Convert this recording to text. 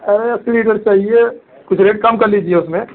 अरे अस्सी लीटर चाहिए कुछ रेट कम कर लीजिए उसमें